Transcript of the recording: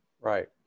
Right